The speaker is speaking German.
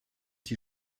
die